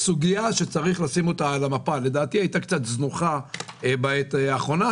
סוגיה שצריך לשים אותה על המפה ושלדעתי הייתה קצת זנוחה בעת האחרונה.